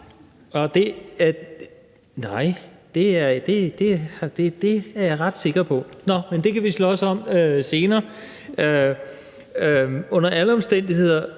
det er jeg ret sikker på – nå, men det kan vi slås om senere.